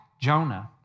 Jonah